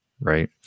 right